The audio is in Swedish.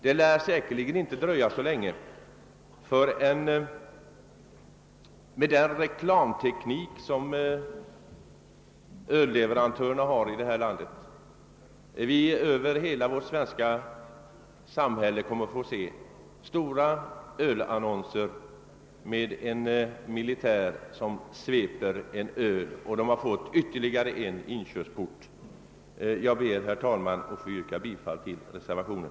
Det lär säkerligen inte dröja så länge förrän med den reklamteknik som ölleverantörerna har i detta land vi över hela vårt svenska samhälle kommer att få se stora ölannonser med en militär som sveper en öl. Därmed har de fått ytterligare en inkörsport. Jag ber, herr talman, att få yrka bifall till reservationen.